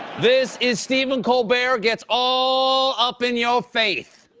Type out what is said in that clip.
this is stephen colbert gets all up in your faith.